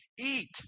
eat